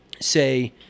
say